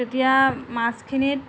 তেতিয়া মাছখিনিত